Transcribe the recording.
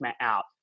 out